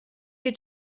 you